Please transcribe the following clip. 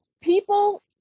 people